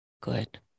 Good